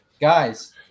Guys